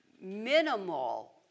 minimal